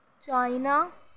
China